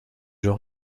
genre